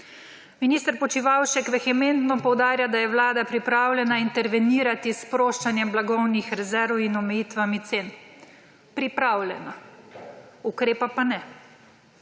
Minister Počivalšek vehementno poudarja, da je vlada pripravljena intervenirati s sproščanjem blagovnih rezerv in omejitvami cen. Pripravljena, ukrepa pa ne.